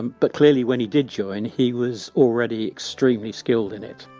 but clearly when he did join, he was already extremely skilled in it